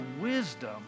wisdom